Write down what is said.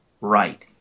right